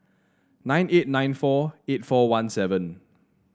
nine eight nine four eight four one seven